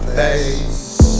face